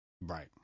Right